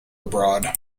abroad